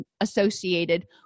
associated